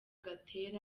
gatera